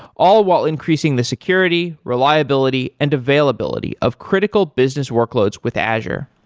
all while increasing the security, reliability and availability of critical business workloads with azure.